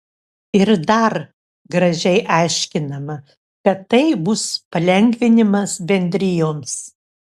ir dar gražiai aiškinama kad tai bus palengvinimas bendrijoms